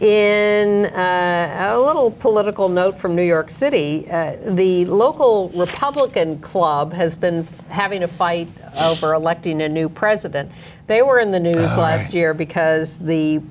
in a little political note from new york city the local republican club has been having a fight over electing a new president they were in the news last year because the